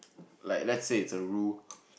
like let's say it's a rule